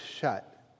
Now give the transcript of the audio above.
shut